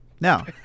Now